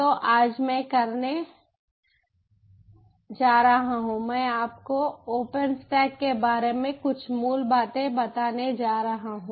तो आज मैं करने जा रहा हूँ मैं आपको ओपनस्टैक के बारे में कुछ मूल बातें बताने जा रहा हूं